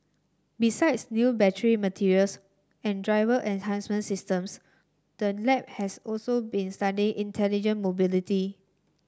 besides new battery materials and driver enhancement systems the lab has also been studying intelligent mobility